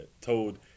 told